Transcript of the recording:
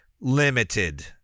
limited